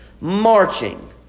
marching